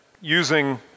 using